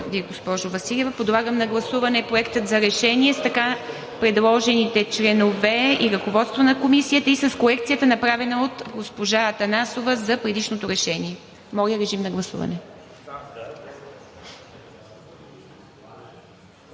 Благодаря Ви, госпожо Василева. Подлагам на гласуване Проекта на решение с така предложените членове и ръководство на Комисията и с корекцията, направена от госпожа Атанасова за предишното решение. КАЛОЯН ЯНКОВ (ДБ, чрез